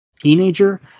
teenager